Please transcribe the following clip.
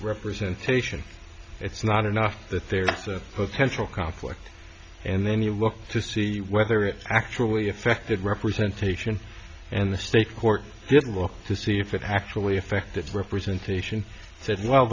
representation it's not enough that there is a potential conflict and then you look to see whether it actually affected representation and the state court didn't look to see if it actually affected representation said well